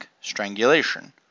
strangulation